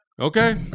okay